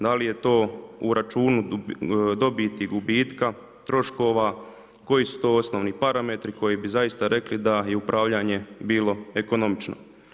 Da li je to u računu dobiti, gubitka, troškova, koji su to osnovni parametri koji bi zaista rekli da je upravljanje bilo ekonomično?